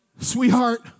sweetheart